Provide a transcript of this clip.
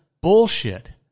bullshit